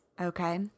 Okay